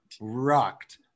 Rocked